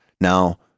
Now